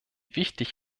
wichtig